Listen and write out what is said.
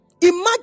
Imagine